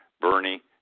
Bernie